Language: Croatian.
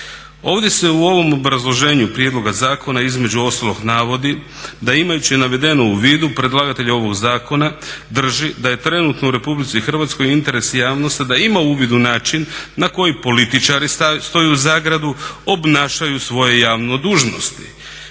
Ovdje se u ovom obrazloženju prijedloga zakon između ostalog navodi da imajući navedeno u vidu predlagatelj ovog zakona drži da je trenutno u RH interes javnosti da ima uvid u način na koji političari stoji u zagradi obnašaju svoje javne dužnosti.